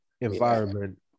environment